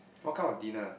what kind of dinner